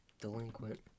delinquent